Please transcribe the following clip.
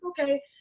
okay